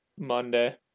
Monday